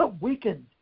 weakened